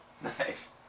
Nice